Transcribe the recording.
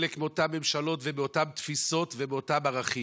מאותן ממשלות ומאותן תפיסות ומאותם ערכים.